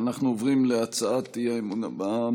אנחנו עוברים להצעת האי-אמון הבאה,